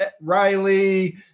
Riley